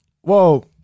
Whoa